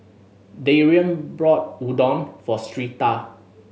Darian bought Udon for Syreeta